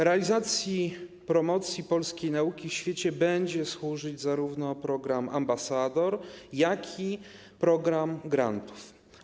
Realizacji promocji polskiej nauki w świecie będzie służyć zarówno program powoływania ambasadorów, jak i program grantów.